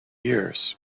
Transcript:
years